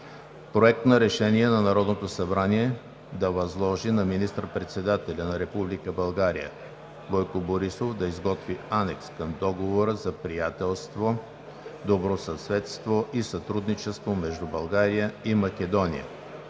Проект на решение на Народното събрание да възложи на министър-председателя на Република България Бойко Борисов да изготви Анекс към договора за приятелство, добросъседство и сътрудничество между България и Македония.